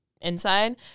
inside